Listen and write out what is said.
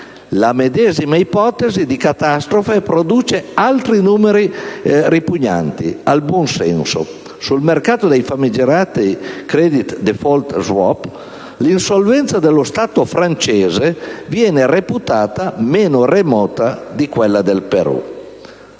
La medesima ipotesi di catastrofe produce altri numeri ripugnanti al buon senso: sul mercato dei famigerati *credit default swap*, l'insolvenza dello Stato francese viene reputata meno remota di quella del Perù.